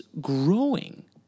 growing